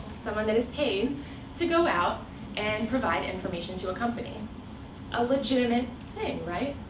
someone that is paid to go out and provide information to company a legitimate thing, right?